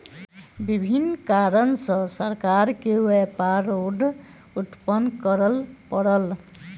विभिन्न कारण सॅ सरकार के व्यापार रोध उत्पन्न करअ पड़ल